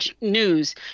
news